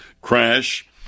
crash